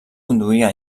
conduïa